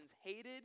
hated